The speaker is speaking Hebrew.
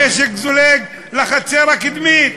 הנשק זולג לחצר הקדמית.